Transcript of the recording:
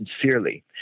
sincerely